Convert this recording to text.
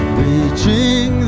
reaching